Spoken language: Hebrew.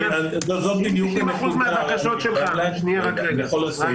זאת בדיוק הנקודה --- אם 90% מהבקשות שלך --- אני יכול לסיים,